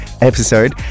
episode